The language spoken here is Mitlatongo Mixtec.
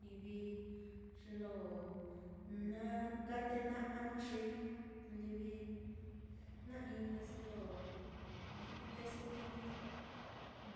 Livi ye lo na kate na'ma naá xi livi jna-ini su lo nakate su